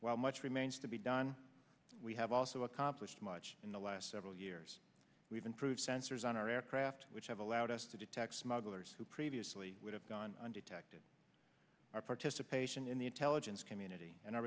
while much remains to be done we have also accomplished much in the last several years we've improved sensors on our aircraft which have allowed us to detect smugglers who previously would have gone undetected our participation in the intelligence community and our